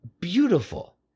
beautiful